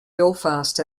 belfast